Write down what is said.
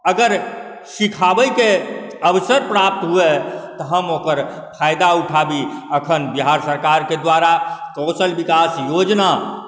अगर सिखाबैके अवसर प्राप्त हुअए तऽ हम ओकर फाइदा उठाबी एखन बिहार सरकारके द्वारा कौशल विकास योजना